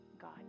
God